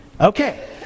Okay